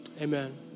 amen